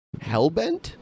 Hellbent